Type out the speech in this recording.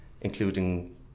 including